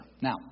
now